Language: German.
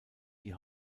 die